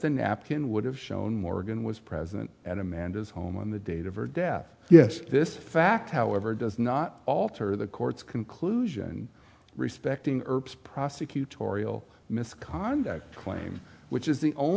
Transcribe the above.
the napkin would have shown morgan was present at amanda's home on the date of or death yes this fact however does not alter the court's conclusion respecting erps prosecutorial misconduct claim which is the only